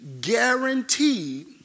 guaranteed